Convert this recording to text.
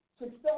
success